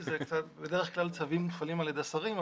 בדרך כלל צווים מופעלים על ידי שרים,